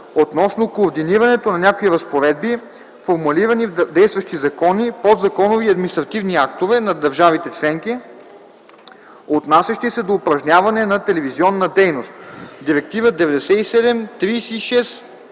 относно координирането на някои разпоредби, формулирани в действащи закони, подзаконови и административни актове на държавите членки, отнасящи се до упражняване на телевизионна дейност, изменена с